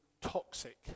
toxic